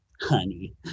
honey